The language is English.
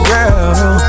Girl